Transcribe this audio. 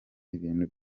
ibintu